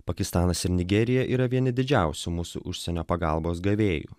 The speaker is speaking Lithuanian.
pakistanas ir nigerija yra vieni didžiausių mūsų užsienio pagalbos gavėjų